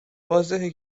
واضحه